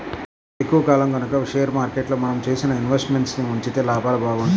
ఎక్కువ కాలం గనక షేర్ మార్కెట్లో మనం చేసిన ఇన్వెస్ట్ మెంట్స్ ని ఉంచితే లాభాలు బాగుంటాయి